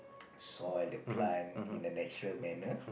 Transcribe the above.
soil the plant in a natural manner